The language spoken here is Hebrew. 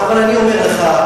אבל אני אומר לך,